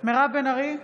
מירב בן ארי,